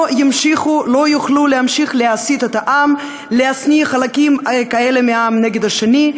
הם לא יוכלו להמשיך להסית את העם ולהשניא חלקים מהעם אצל האחרים,